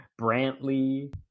Brantley